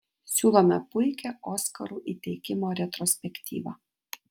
siūlome puikią oskarų įteikimo retrospektyvą